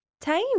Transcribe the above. time